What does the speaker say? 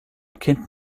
kind